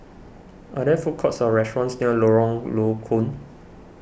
are there food courts or restaurants near Lorong Low Koon